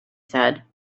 said